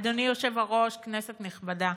אדוני היושב-ראש, כנסת נכבדה,